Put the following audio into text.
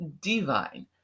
divine